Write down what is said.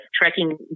tracking